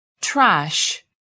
Trash